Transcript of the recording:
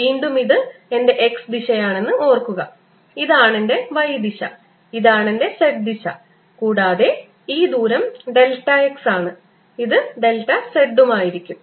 വീണ്ടും ഇത് എന്റെ x ദിശയാണെന്ന് ഓർക്കുക ഇതാണ് എന്റെ y ദിശ ഇതാണ് എന്റെ z ദിശ കൂടാതെ ഈ ദൂരം ഡെൽറ്റ x ആണ് ഇത് ഡെൽറ്റ z ആയിരിക്കും